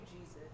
Jesus